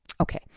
Okay